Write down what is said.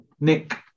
Nick